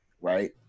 right